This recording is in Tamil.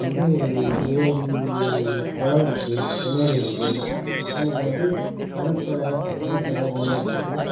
வந்து ஏரி குளம் இருக்குது கிணறு இருக்குது எனக்கு வந்து கிணத்துல குளத்துல நீயரதுக்கு